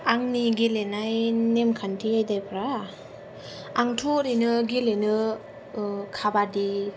आंनि गेलेनाय नेमखान्थि आयदाफ्रा आंथ' ओरैनो गेलेनो काबादि